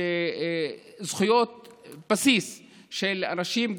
שזכויות בסיס של אנשים,